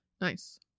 Nice